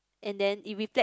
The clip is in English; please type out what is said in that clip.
and then it reflect